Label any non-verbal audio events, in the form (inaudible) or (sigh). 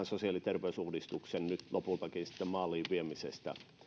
(unintelligible) sosiaali ja terveysuudistuksen maaliin viemiseen